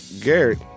Garrett